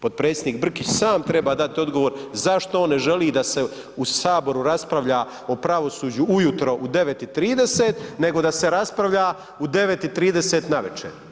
Potpredsjednik Brkić sam treba dati odgovor zašto on ne želi da se u Saboru raspravlja o pravosuđu ujutro u 9,30 nego da se raspravlja u 9,30 navečer.